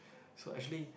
so actually